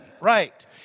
right